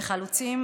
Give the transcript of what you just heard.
וחלוצים,